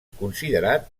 considerat